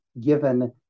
given